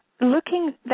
looking